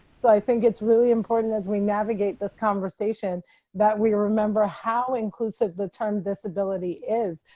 so i think it's really important as we navigate this conversation that we remember how inclusive the term disability is,